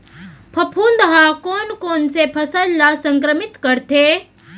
फफूंद ह कोन कोन से फसल ल संक्रमित करथे?